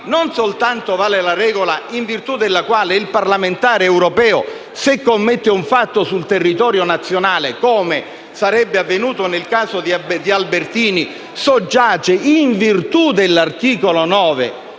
non soltanto vale la regola in virtù della quale il parlamentare europeo, se commette un fatto sul territorio nazionale, come sarebbe avvenuto nel caso di Albertini, soggiace, in virtù dell'articolo 9,